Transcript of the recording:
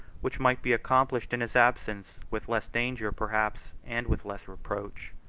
which might be accomplished in his absence, with less danger, perhaps, and with less reproach.